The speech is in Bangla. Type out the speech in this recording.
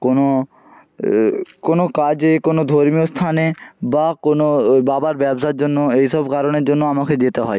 কোনো কোনো কাজে কোনো ধর্মীয় স্থানে বা কোনো বাবার ব্যবসার জন্য এই সব কারণের জন্য আমাকে যেতে হয়